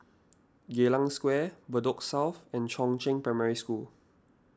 Geylang Square Bedok South and Chongzheng Primary School